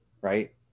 right